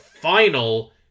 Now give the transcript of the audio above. final